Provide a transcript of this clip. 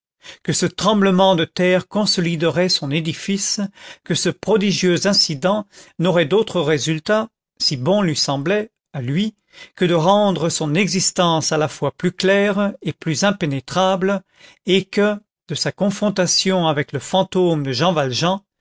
que ce tremblement de terre consoliderait son édifice que ce prodigieux incident n'aurait d'autre résultat si bon lui semblait à lui que de rendre son existence à la fois plus claire et plus impénétrable et que de sa confrontation avec le fantôme de jean valjean